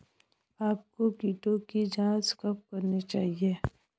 आपको कीटों की जांच कब करनी चाहिए?